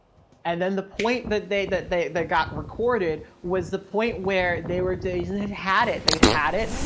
and then the point that they, that they, that got recorded was the point where they were daisy, they had had it, they had had it,